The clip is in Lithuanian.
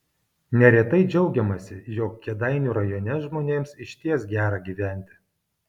neretai džiaugiamasi jog kėdainių rajone žmonėms išties gera gyventi